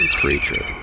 creature